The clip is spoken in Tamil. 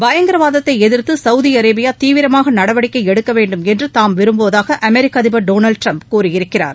பயங்கரவாதத்தை எதிா்த்து சவுதி அரேபியா தீவிரமாக நடவடிக்கை எடுக்க வேண்டும் என்று தாம் விரும்புவதாக அமெரிக்க அதிபர் டொனால்ட் ட்ரம்ப் கூறியிருக்கிறார்